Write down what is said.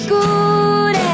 good